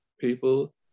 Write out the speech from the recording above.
people